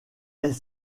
est